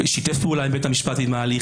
שיתף פעולה עם בית המשפט עם ההליך,